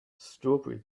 strawberry